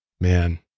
man